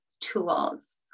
tools